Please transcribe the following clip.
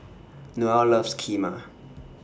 Noelle loves Kheema